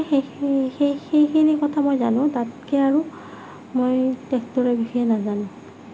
সেইখিনি সেই সেইখিনি কথা মই জানো তাতকৈ আৰু মই টেক্টৰৰ বিষয়ে নাজানো